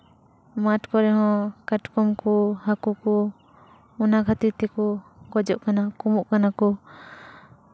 ᱢᱟᱴᱷ ᱠᱚᱨᱮ ᱦᱚᱸ ᱠᱟᱴᱠᱚᱢ ᱠᱚ ᱦᱟᱹᱠᱩ ᱠᱚ ᱚᱱᱟ ᱠᱷᱟᱹᱛᱤᱨ ᱛᱮᱠᱚ ᱜᱚᱡᱚᱜ ᱠᱟᱱᱟ ᱠᱚᱢᱚᱜ ᱠᱟᱱᱟ ᱠᱚ